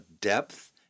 depth